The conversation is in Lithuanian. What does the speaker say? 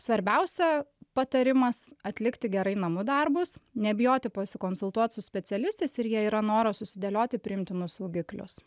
svarbiausia patarimas atlikti gerai namų darbus nebijoti pasikonsultuot su specialistais ir jei yra noras susidėlioti priimtinus saugiklius